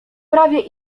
prawie